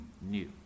new